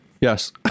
Yes